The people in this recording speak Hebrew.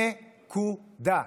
נקודה.